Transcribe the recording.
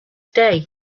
day